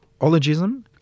Ologism